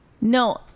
No